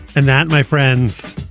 and that, my friends,